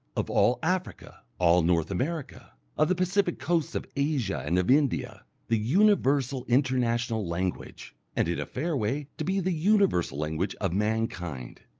of all africa, all north america, of the pacific coasts of asia and of india, the universal international language, and in a fair way to be the universal language of mankind.